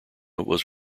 was